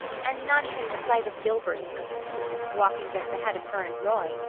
and not even the sight of gilbert and christine, walking just ahead of her and roy,